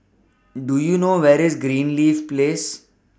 Do YOU know Where IS Greenleaf Place